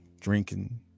drinking